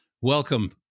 Welcome